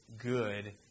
good